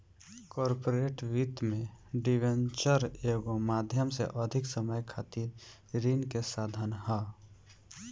corporate वित्त में debenture एगो माध्यम से अधिक समय खातिर ऋण के साधन ह